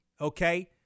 okay